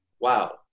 wow